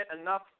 enough